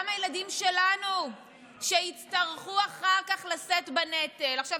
אלה גם הילדים שלנו שיצטרכו לשאת בנטל אחר כך.